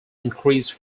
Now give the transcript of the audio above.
increase